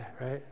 right